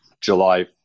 July